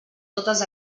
totes